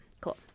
Cool